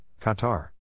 Qatar